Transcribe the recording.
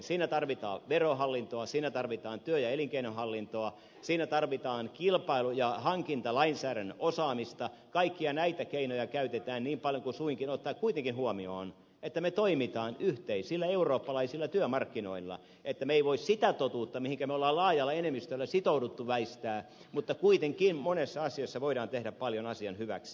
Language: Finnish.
siinä tarvitaan verohallintoa siinä tarvitaan työ ja elinkeinohallintoa siinä tarvitaan kilpailu ja hankintalainsäädännön osaamista kaikkia näitä keinoja käytetään niin paljon kuin suinkin ottaen kuitenkin huomioon että me toimimme yhteisillä eurooppalaisilla työmarkkinoilla että me emme voi sitä totuutta mihinkä me olemme laajalla enemmistöllä sitoutuneet väistää mutta kuitenkin monessa asiassa voidaan tehdä paljon asian hyväksi